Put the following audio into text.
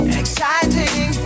exciting